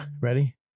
Ready